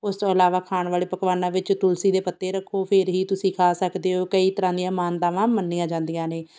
ਉਸ ਤੋਂ ਇਲਾਵਾ ਖਾਣ ਵਾਲੇ ਪਕਵਾਨਾਂ ਵਿੱਚ ਤੁਲਸੀ ਦੇ ਪੱਤੇ ਰੱਖੋ ਫਿਰ ਹੀ ਤੁਸੀਂ ਖਾ ਸਕਦੇ ਹੋ ਕਈ ਤਰ੍ਹਾਂ ਦੀਆਂ ਮਾਨਤਾਵਾਂ ਮੰਨੀਆਂ ਜਾਂਦੀਆਂ ਨੇ